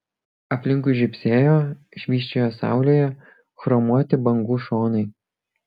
aplinkui žybsėjo švysčiojo saulėje chromuoti bangų šonai